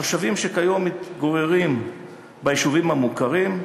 התושבים שכיום מתגוררים ביישובים המוכרים,